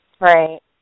Right